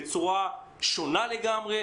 בצורה שונה לגמרי,